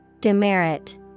Demerit